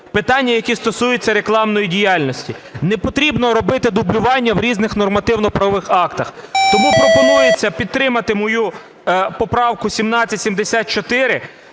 питання, яке стосується рекламної діяльності? Непотрібно робити дублювання в різних нормативно-правових актах. Тому пропонується підтримати мою поправку 1774.